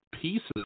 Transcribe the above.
pieces